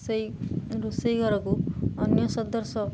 ସେଇ ରୋଷେଇ ଘରକୁ ଅନ୍ୟ ସଦସ୍ୟ